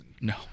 No